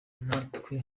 natwe